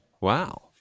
Wow